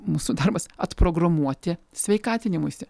mūsų darbas atprogramuoti sveikatinimuisi